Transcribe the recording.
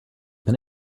than